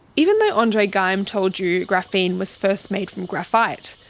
even though andre geim told you graphene was first made from graphite,